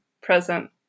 present